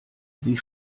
sie